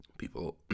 People